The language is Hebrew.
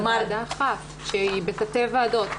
זו -- -אחת שהיא בתתי ועדות.